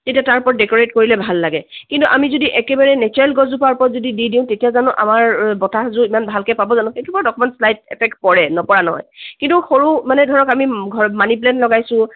তেতিয়া তাৰ ওপৰত ডেকৰেট কৰিলে ভাল লাগে কিন্তু আমি যদি একেবাৰে নেচাৰেল গছজোপাৰ ওপৰত যদি দি দিওঁ তেতিয়া জানো আমাৰ বতাহ জোৰ ইমান ভালকে পাব জানো সেইটো বাৰু অকমান শ্লাইট এফেক্ট পৰে নপৰা নহয় কিন্তু সৰু মানে ধৰক আমি ঘৰত মানি প্লেণ্ট লগাইছোঁ